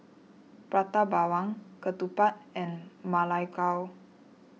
Prata Bawang Ketupat and Ma Lai Gao